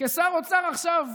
כשר האוצר עכשיו,